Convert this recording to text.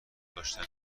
داشتنیه